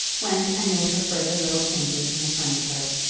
went and made her further little changes in the furniture.